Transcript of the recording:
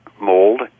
mold